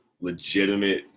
legitimate